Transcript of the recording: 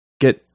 get